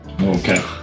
Okay